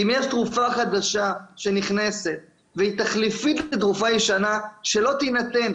אם יש תרופה חדשה שנכנסת והיא תחליפית לתרופה ישנה שלא תינתן,